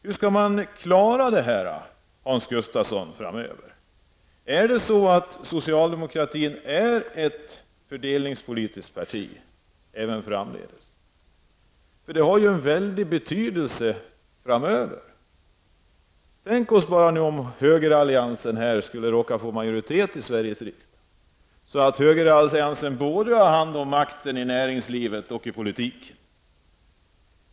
Hur skall man klara det här framöver, Hans Gustafsson? Är socialdemokratin inställd på att föra fördelningspolitik även framdeles? Det har ju en väldig betydelse framöver. Tänk, om högeralliansen skulle få majoritet i Sveriges riksdag, så att högeralliansen har hand om makten både i näringslivet och i politiken!